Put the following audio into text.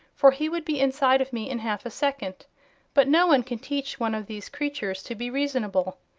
for he would be inside of me in half a second but no one can teach one of these creatures to be reasonable.